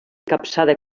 capçada